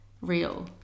real